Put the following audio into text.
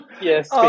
yes